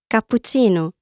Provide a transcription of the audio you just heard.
Cappuccino